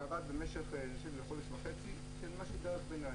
זה עבד במשך חודש וחצי של דרך ביניים.